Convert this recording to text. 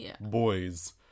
boys